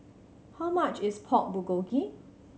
how much is Pork Bulgogi